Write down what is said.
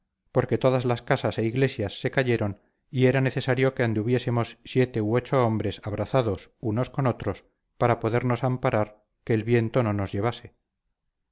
porque todas las casas e iglesias se cayeron y era necesario que anduviésemos siete u ocho hombres abrazados unos con otros para podernos amparar que el viento no nos llevase